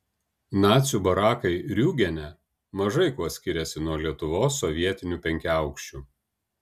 nacių barakai riūgene mažai kuo skiriasi nuo lietuvos sovietinių penkiaaukščių